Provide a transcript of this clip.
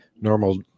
normal